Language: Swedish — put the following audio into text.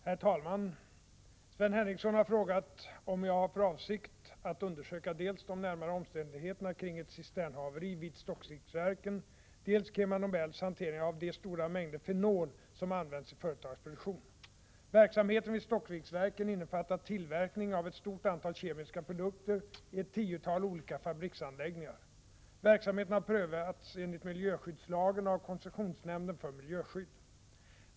Herr talman! Sven Henricsson har frågat om jag har för avsikt att undersöka dels de närmare omständigheterna kring ett cisternhaveri vid Stockviksverken, dels Kema Nobels hantering av de stora mängder fenol som används i företagets produktion. Verksamheten vid Stockviksverken innefattar tillverkning av ett stort antal kemiska produkter i ett tiotal olika fabriksanläggningar. Verksamheten har prövats enligt miljöskyddslagen av koncessionsnämnden för miljöskydd.